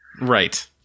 right